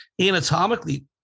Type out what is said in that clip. anatomically